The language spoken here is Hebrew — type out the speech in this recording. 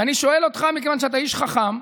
ואני שואל אותך, מכיוון שאתה איש חכם,